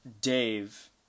Dave